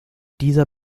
dieser